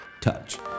touch